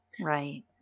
Right